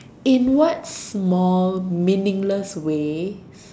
in what small meaningless way